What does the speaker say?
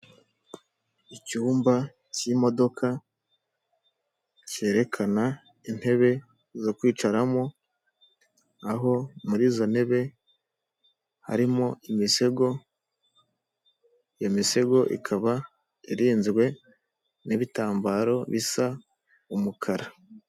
Icyumba cy'imodoka cyerekana intebe zo kwicaramo aho muri izo ntebe harimo imisego ya misego ikaba irinzwe n'ibitambaro bisa umukara.